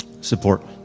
Support